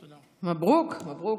מברוכ, מברוכ,